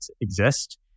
exist